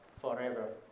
forever